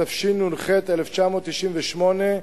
התשנ"ח 1998,